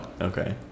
Okay